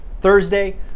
Thursday